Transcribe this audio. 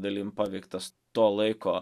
dalim paveiktas to laiko